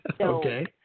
Okay